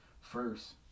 first